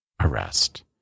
arrest